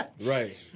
Right